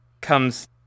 comes